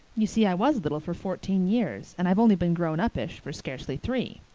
you see, i was little for fourteen years and i've only been grown-uppish for scarcely three.